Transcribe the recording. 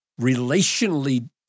relationally